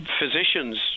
physicians